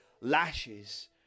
lashes